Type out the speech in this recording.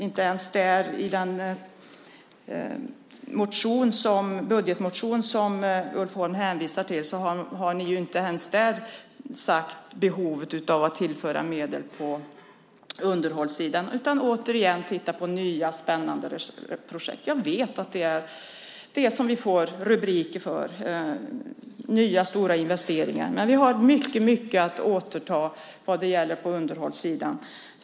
Inte ens i den budgetmotion som Ulf Holm hänvisar till har man tagit upp behovet av mer medel till underhåll, utan återigen tittar man på nya, spännande projekt. Jag vet att nya, stora investeringar ger rubriker, men vi har faktiskt mycket att återta på underhållssidan.